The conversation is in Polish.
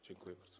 Dziękuję bardzo.